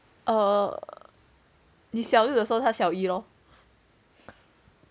err 你小六的时候她小一 lor